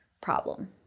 problem